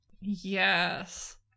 yes